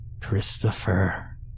Christopher